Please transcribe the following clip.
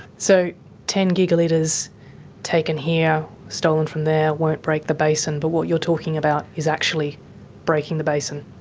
so ten gigalitres taken here, stolen from there, won't break the basin, but what you're talking about is actually breaking the basin?